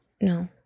No